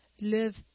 live